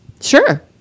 Sure